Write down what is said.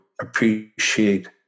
appreciate